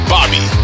Bobby